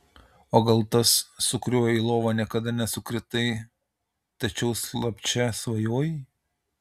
o gal tas su kuriuo į lovą niekada nesukritai tačiau slapčia svajojai